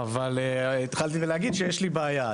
אבל, התחלתי בלהגיד שיש לי בעיה.